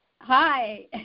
Hi